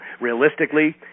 realistically